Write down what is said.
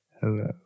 Hello